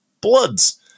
bloods